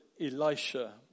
Elisha